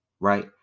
Right